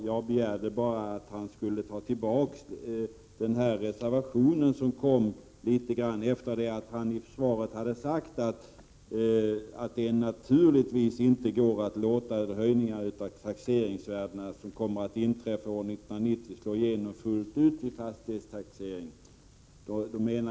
Jag begärde bara att finansministern skulle ta tillbaka den reservation isvaret som kom strax efter det att han hade sagt ”att det naturligtvis inte går att låta de höjningar av taxeringsvärdena som kommer att inträffa år 1990 slå igenom fullt ut vid fastighetsbeskattningen”.